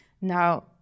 Now